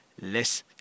less